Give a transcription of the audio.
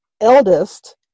eldest